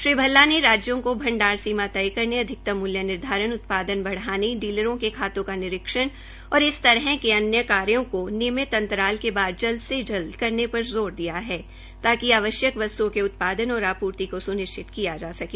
श्री भल्ला ने राज्यों का भंडारण सीमा तय करने अधिकतम मूल्य निर्धारण उत्पादन बढ़ाने डीलरों के खातों का निरीक्षण और इस तरह के अन्य कार्यो को जल्द से जल्द और नियमित अंतराल के बाद करने पर ज़ोर दिया है ताकि आवश्यक वस्त्ओं के उत्पादन और आपूर्ति को स्निश्चित किया जा सके